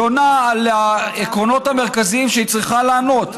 היא עונה על העקרונות המרכזיים שהיא צריכה לענות עליהם: